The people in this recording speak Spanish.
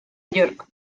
york